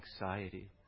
anxiety